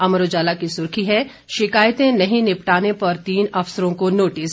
अमर उजाला की सुर्खी है शिकायतें नहीं निपटाने पर तीन अफसरों को नोटिस